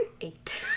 eight